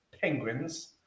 Penguins